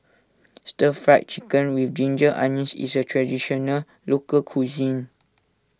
Stir Fried Chicken with Ginger Onions is a Traditional Local Cuisine